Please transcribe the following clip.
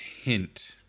hint